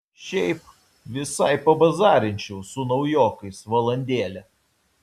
šiaip visai pabazarinčiau su naujokais valandėlę